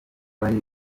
wari